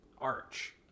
Arch